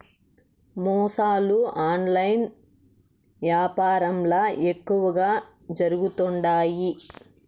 మోసాలు ఆన్లైన్ యాపారంల ఎక్కువగా జరుగుతుండాయి